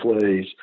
plays